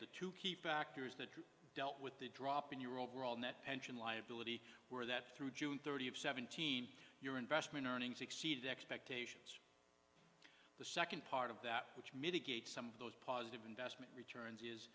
to to keep back tears that dealt with the drop in your overall net pension liability where that through june thirtieth seventeen your investment earnings exceeded expectations the second part of that which mitigate some of those positive investment returns